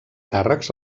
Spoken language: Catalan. càrrecs